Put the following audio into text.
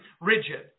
rigid